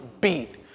beat